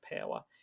power